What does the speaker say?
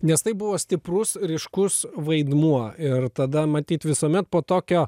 nes tai buvo stiprus ryškus vaidmuo ir tada matyt visuomet po tokio